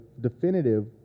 definitive